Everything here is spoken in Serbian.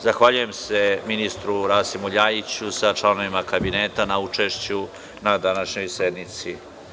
Zahvaljujem se ministru Rasimu Ljajiću, sa članovima kabineta, na učešću na današnjoj sednici.